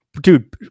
Dude